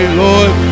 lord